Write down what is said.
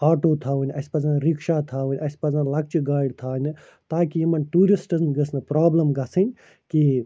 auto تھاوٕنۍ اسہِ پَزَن رِکشہ تھاوٕنۍ اسہِ پَزَن لَکچہِ گاڑِ تھاونہٕ تاکہِ یِمَن ٹیٛوٗرِسٹَن گٔژھ نہٕ پرٛابلِم گَژھٕنۍ کِہیٖنۍ